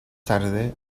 tarde